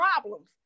problems